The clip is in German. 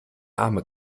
arme